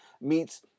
meets